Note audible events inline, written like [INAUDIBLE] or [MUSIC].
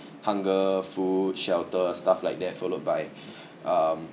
hunger food shelter stuff like that followed by [BREATH] um